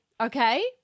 Okay